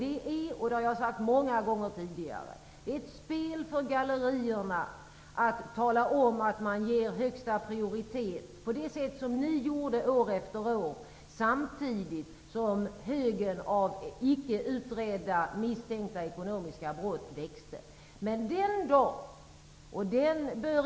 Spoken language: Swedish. Jag har sagt det många gånger tidigare, att det är ett spel för gallerierna att tala om att man ger högsta prioritet på det sätt som ni gjorde år efter år, samtidigt som högen av icke utredda, misstänkta ekonomiska brott växte.